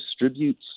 distributes